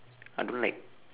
I don't like